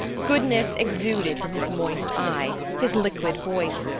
goodness exuded from his moist eye, his liquid voice,